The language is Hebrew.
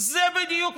בגרסה יותר